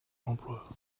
l’emploi